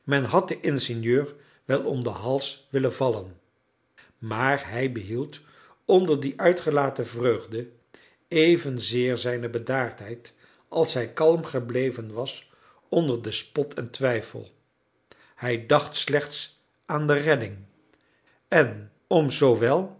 men had den ingenieur wel om den hals willen vallen maar hij behield onder die uitgelaten vreugde evenzeer zijne bedaardheid als hij kalm gebleven was onder den spot en twijfel hij dacht slechts aan de redding en om zoowel